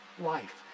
life